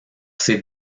ces